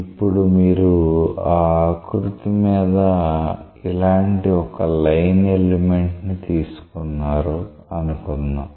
ఇప్పుడు మీరు ఆ ఆకృతి మీద ఇలాంటి ఒక లైన్ ఎలిమెంట్ ని తీసుకున్నారు అనుకుందాం